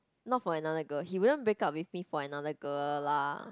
not for another girl he wouldn't break up with me for another girl lah